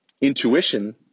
intuition